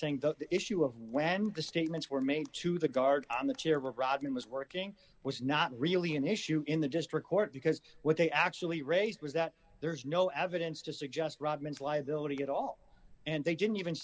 that the issue of when the statements were made to the guard on the chair robin was working was not really an issue in the district court because what they actually raised was that there was no evidence to suggest robin's liability at all and they didn't even